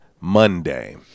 Monday